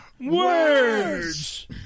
Words